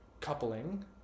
coupling